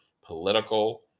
political